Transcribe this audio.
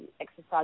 exercise